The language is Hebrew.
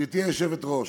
גברתי היושבת-ראש,